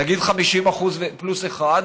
נגיד 50% פלוס 1%,